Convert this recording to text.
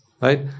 right